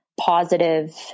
positive